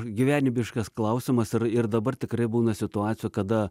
gyvenimiškas klausimas ir ir dabar tikrai būna situacijų kada